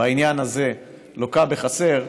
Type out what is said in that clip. בעניין הזה, לוקה בחסר,